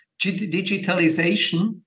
Digitalization